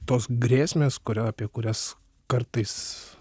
tos grėsmės kurią apie kurias kartais